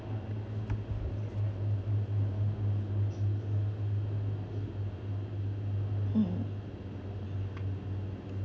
mm